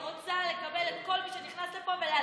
היא רוצה לקבל את כל מי שנכנס לפה ולאזרח אותו.